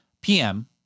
pm